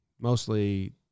Mostly